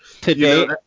Today